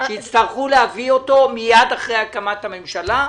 שיצטרכו להביא אותו מיד אחרי הקמת הממשלה,